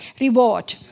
reward